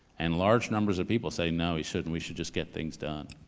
and large numbers of people say, no, he shouldn't. we should just get things done.